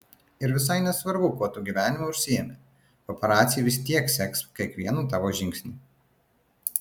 ir visai nesvarbu kuo tu gyvenime užsiimi paparaciai vis tiek seks kiekvieną tavo žingsnį